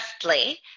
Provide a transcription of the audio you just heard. Firstly